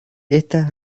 esta